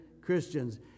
Christians